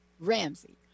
ramsey